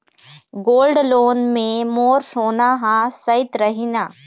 Gold loan मे मोर सोना हा सइत रही न?